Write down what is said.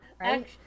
right